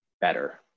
better